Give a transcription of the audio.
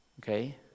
okay